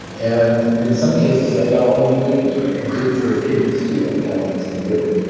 and in some cases i got all the ingredients right, including for a kidney stew i'd had once in britain.